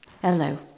Hello